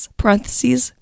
parentheses